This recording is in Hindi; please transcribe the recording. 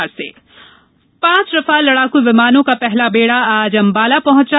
रफाल विमान पांच रफाल लडाकू विमानों का पहला बेडा आज अंबाला पहुंचा